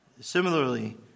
Similarly